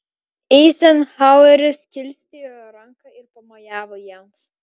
eizenhaueris kilstelėjo ranką ir pamojavo jiems